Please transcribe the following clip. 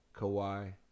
Kawhi